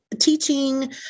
teaching